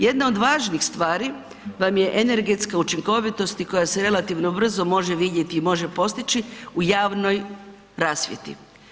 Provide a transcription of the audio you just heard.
Jedna od važnih stvari vam je energetska učinkovitost koja se relativno brzo može vidjeti i može postići u javnoj rasvjeti.